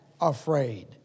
afraid